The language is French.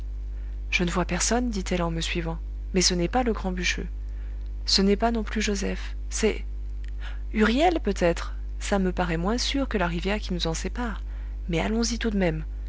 je ne vois personne dit-elle en me suivant mais ce n'est pas le grand bûcheux ce n'est pas non plus joseph c'est huriel peut-être ça me paraît moins sûr que la rivière qui nous en sépare mais allons-y tout de même